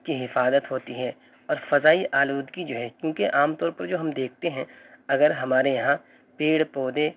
کی حفاظت ہوتی ہے اور فضائی آلودگی جو ہے کیوںکہ عام طور پر جو ہم دیکھتے ہیں اگر ہمارے یہاں پیڑ پودے